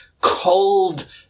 cold